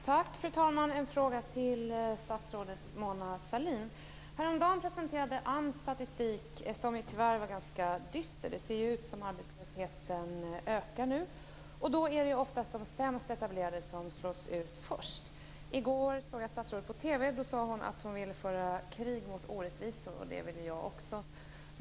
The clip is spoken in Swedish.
Fru talman! Jag har en fråga till statsrådet Mona Häromdagen presenterade AMS statistik som tyvärr var ganska dyster. Det ser nu ut som om arbetslösheten ökar. Då är det oftast de sämst etablerade som slås ut först. I går såg jag statsrådet på TV. Då sade hon att hon vill föra krig mot orättvisor, och det vill jag också.